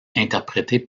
interprété